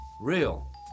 real